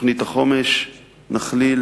תוכנית החומש נכליל